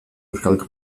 euskal